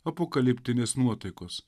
apokaliptinės nuotaikos